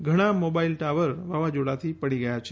ઘણા mobile tower વાવાઝોડાથી પડી ગયા છે